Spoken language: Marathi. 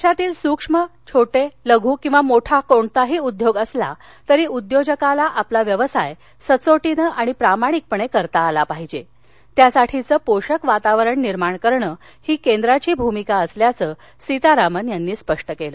देशातील सूक्ष्म छोटा लघू किंवा मोठा कोणताही उद्योग असला तरी उद्योजकाला आपला व्यवसाय सचोटीने आणि प्रामाणिकपणे करता आला पाहिजे त्यासाठीचं पोषक वातावरण निर्माण करणे ही केंद्राची भूमिका असल्याचं सीतारमण यांनी स्पष्ट केलं